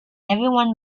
everyone